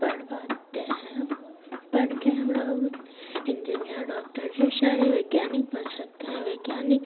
पढ़ पाते हैं पढ़ के हम लोग इंजीनियर डॉक्टर ढेर सारे वैज्ञानिक बन सकते हैं वैज्ञानिक